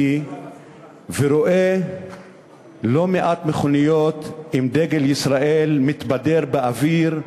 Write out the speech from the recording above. ורואה לא מעט מכוניות עם דגל ישראל מתבדר באוויר,